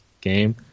game